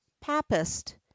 papist